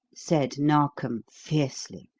said narkom fiercely.